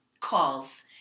calls